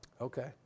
Okay